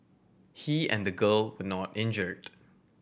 he and the girl were not injured